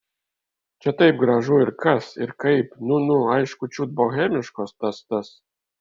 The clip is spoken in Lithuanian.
čia taip gražu ir kas ir kaip nu nu aišku čiut bohemiškos tas tas